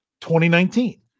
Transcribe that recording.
2019